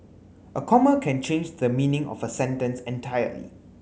a comma can change the meaning of a sentence entirely